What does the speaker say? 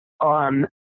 on